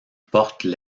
portent